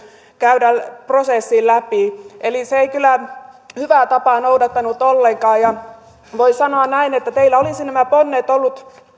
käydä prosessin läpi eli se ei kyllä hyvää tapaa noudattanut ollenkaan voi sanoa näin että teillä olisi nämä ponnet ollut